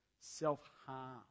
self-harm